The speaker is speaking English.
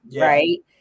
right